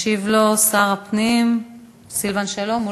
ישיב לו שר הפנים סילבן שלום.